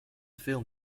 film